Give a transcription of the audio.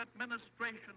administration